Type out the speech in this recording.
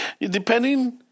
depending